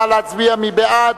נא להצביע, מי בעד?